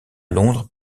londres